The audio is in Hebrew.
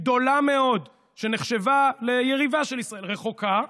גדולה מאוד, שנחשבה ליריבה של ישראל, רחוקה,